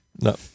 no